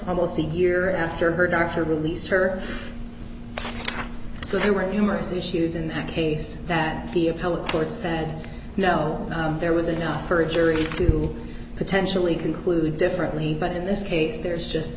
almost a year after her doctor released her so there were numerous issues in that case that the appellate court said no there was enough for a jury to potentially conclude differently but in this case there's just